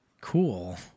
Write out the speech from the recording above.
cool